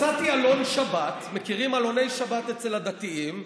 מצאתי עלון שבת, מכירים עלוני שבת אצל הדתיים?